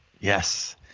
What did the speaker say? Yes